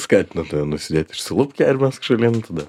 skatina tave nusidėt išsilupk ją ir mesk šalin tada